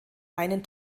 einen